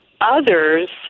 others